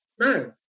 No